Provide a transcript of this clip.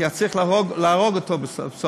כי היה צריך להרוג אותו בסוף.